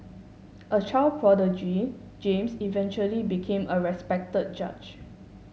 a child prodigy James eventually became a respected judge